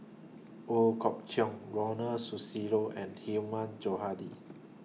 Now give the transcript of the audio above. Ooi Kok Chuen Ronald Susilo and Hilmi Johandi